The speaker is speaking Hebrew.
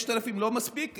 5,000 לא מספיק?